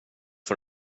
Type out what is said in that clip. för